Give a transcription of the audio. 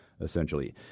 essentially